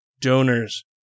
donors